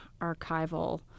archival